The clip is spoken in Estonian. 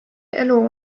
elu